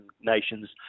nations